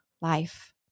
life